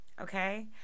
okay